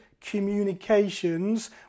communications